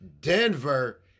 Denver